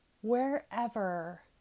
Wherever